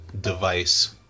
device